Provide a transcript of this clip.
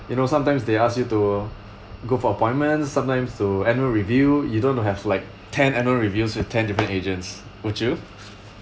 you know sometimes they ask you to go for appointments sometimes to annual review you don't want to have like ten annual reviews with ten different agents would you